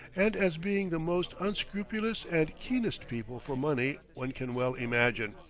and as being the most unscrupulous and keenest people for money one can well imagine.